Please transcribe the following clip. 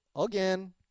again